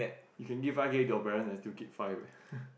you can give five K to your parents and still keep five eh